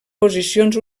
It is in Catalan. posicions